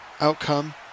Outcome